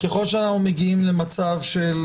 ככל שאנחנו מגיעים למצב של